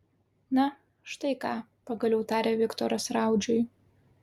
na štai ką pagaliau tarė viktoras raudžiui